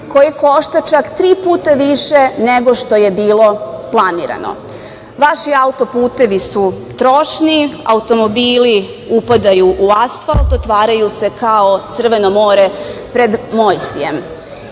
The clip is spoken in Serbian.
koji košta čak tri puta više nego što je bilo planirano. Vaši auto-putevi su trošni, automobili upadaju u asfalt, otvaraju se kao Crveno more pred Mojsijem. Evropska